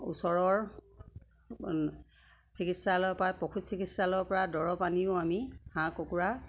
ওচৰৰ চিকিৎসালয়ৰ পৰা পশু চিকিৎসালয়ৰ পৰা দৰৱ আনিও আমি হাঁহ কুকুৰা